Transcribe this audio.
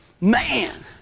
Man